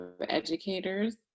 educators